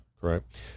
Correct